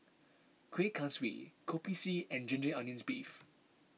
Kuih Kaswi Kopi C and Ginger Onions Beef